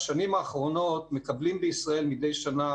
בשנים האחרונות מקבלים בישראל מדי שנה